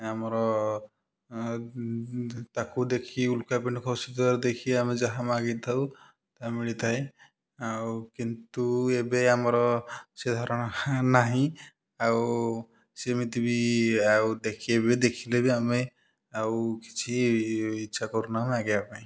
ଆମର ତାକୁ ଦେଖି ଉଲ୍କା ପିଣ୍ଡ ଖସୁଥିବାର ଦେଖି ଆମେ ଯାହା ମାଗିଥାଉ ତାହା ମିଳିଥାଏ ଆଉ କିନ୍ତୁ ଏବେ ଆମର ସେ ଧାରଣା ନାହିଁ ଆଉ ସେମିତି ବି ଆଉ ଦେଖି ବି ଦେଖିଲେ ବି ଆମେ ଆଉ କିଛି ଇଚ୍ଛା କରୁନାହୁଁ ମାଗିବା ପାଇଁ